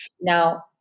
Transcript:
Now